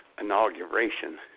inauguration